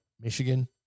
Michigan